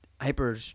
hyper